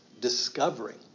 discovering